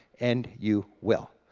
and you will.